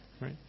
right